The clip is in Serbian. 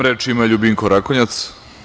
Reč ima Ljubinko Rakonjac.